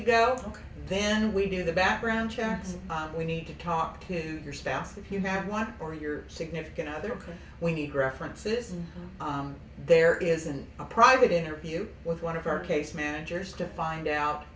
living go then we do the background checks we need to talk to your spouse if you have one or your significant other can we need references and there isn't a private interview with one of our case managers to find out